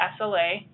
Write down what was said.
SLA